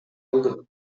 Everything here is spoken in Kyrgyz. кылдык